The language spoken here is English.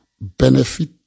benefit